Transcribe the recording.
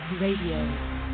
Radio